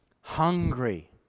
hungry